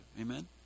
Amen